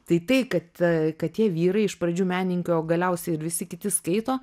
tai tai kad kad tie vyrai iš pradžių menininkių o galiausiai ir visi kiti skaito